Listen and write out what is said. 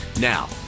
Now